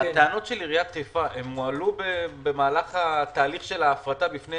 הטענות של עיריית חיפה הועלו במהלך תהליך ההפרטה בפני